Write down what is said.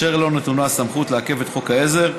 אשר לו נתונה הסמכות לעכב את חוק העזר.